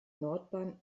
nordbahn